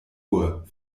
uhr